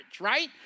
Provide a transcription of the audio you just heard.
right